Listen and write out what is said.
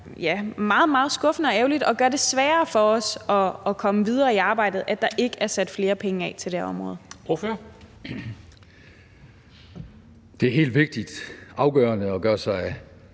er meget, meget skuffende og ærgerligt, og at det gør det sværere for os at komme videre i arbejdet, at der ikke er sat flere penge af til det her område. Kl. 10:53 Formanden (Henrik